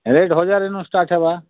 ଏଇଠୁ ହଜରେନୁ ଷ୍ଟାର୍ଟ ହେବା